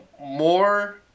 more